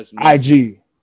IG